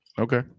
Okay